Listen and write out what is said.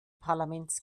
parlaments